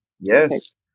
Yes